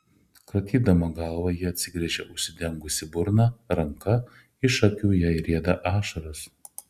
kratydama galvą ji atsigręžia užsidengusi burną ranka iš akių jai rieda ašaros